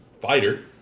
fighter